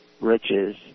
riches